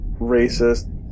racist